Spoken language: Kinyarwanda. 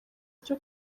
cyo